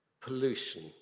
pollution